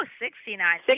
Sixty-nine